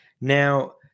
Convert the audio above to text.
Now